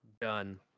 done